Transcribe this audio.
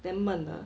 then 闷了